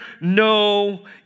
no